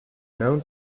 known